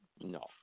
No